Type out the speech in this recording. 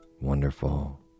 wonderful